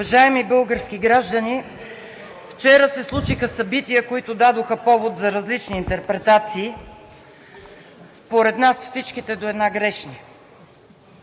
Уважаеми български граждани, вчера се случиха събития, които дадоха повод за различни интерпретации и според нас всичките до една са грешни.